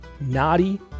naughty